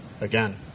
again